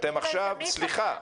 סליחה,